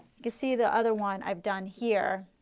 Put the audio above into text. you can see the other one i've done here.